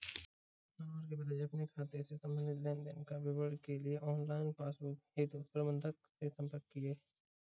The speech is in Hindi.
मनोहर के पिताजी अपने खाते से संबंधित लेन देन का विवरण के लिए ऑनलाइन पासबुक हेतु प्रबंधक से संपर्क किए